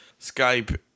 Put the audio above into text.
Skype